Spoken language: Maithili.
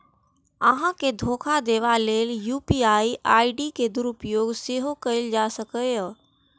अहां के धोखा देबा लेल यू.पी.आई आई.डी के दुरुपयोग सेहो कैल जा सकैए